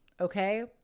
okay